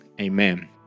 amen